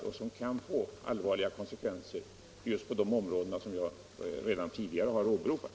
Det kan få allvarliga konsekvenser på de områden som jag redan tidigare åberopat.